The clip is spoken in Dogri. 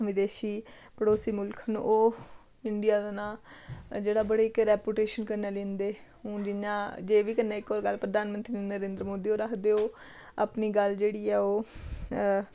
बदेशी पड़ोसी मुल्ख न ओह् इंडिया दा नांऽ जेह्ड़ा बड़ी इक रैपुटेशन कन्नै लेंदे हून जियां जे बी कन्नै इक होर गल्ल प्रधान मंत्री नरेंद्र मोदी होर आखदे ओह् अपनी गल्ल जेह्ड़ी ऐ ओह्